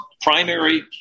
primary